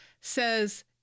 says